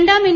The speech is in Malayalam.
രണ്ടാം എൻ